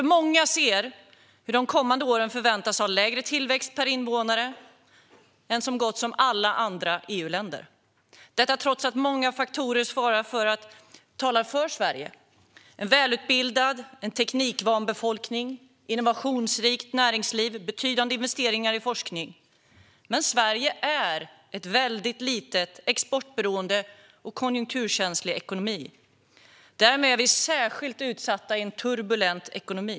Många ser hur vi de kommande åren förväntas ha lägre tillväxt per invånare än i så gott som alla andra EU-länder trots att många faktorer talar för Sverige. Vi har en välutbildad och teknikvan befolkning, innovationsrikt näringsliv och betydande investeringar i forskning. Men Sverige är ett väldigt litet exportberoende land med konjunkturkänslig ekonomi. Därmed är vi särskilt utsatta i en turbulent ekonomi.